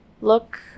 Look